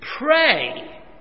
pray